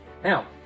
Now